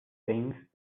things